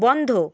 বন্ধ